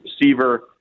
receiver